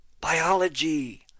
biology